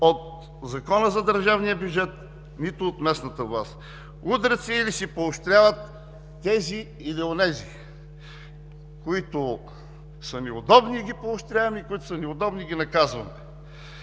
от Закона за държавния бюджет, нито от местната власт. Удрят се или се поощряват тези или онези общини: които са ни удобни, ги поощряваме; които са ни неудобни, ги наказваме.